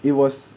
it was